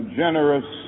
generous